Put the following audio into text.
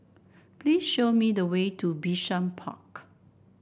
please show me the way to Bishan Park